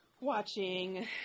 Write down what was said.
watching